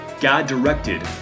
God-directed